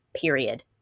period